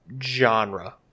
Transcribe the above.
genre